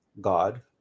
god